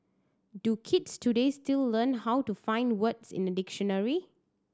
do kids today still learn how to find words in a dictionary